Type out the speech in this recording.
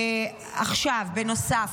עכשיו, בנוסף,